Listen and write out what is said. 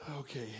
Okay